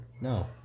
No